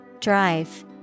Drive